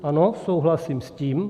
Ano, souhlasím s tím.